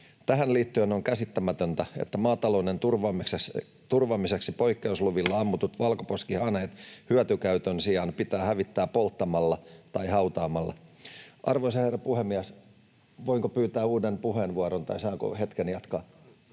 Tähän liittyen on käsittämätöntä, että maatalouden turvaamiseksi poikkeusluvilla ammutut valkoposkihanhet hyötykäytön sijaan pitää hävittää polttamalla tai hautaamalla. Arvoisa herra puhemies! Voinko pyytää uuden puheenvuoron, vai saanko hetken jatkaa?